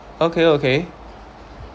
okay okay